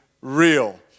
real